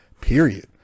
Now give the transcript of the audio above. Period